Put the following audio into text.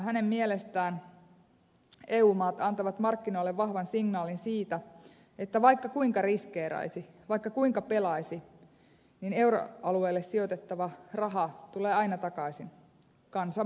hänen mielestään eu maat antavat markkinoille vahvan signaalin siitä että vaikka kuinka riskeeraisi vaikka kuinka pelaisi niin euroalueelle sijoitettava raha tulee aina takaisin kansan maksettavana